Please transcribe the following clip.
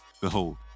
Behold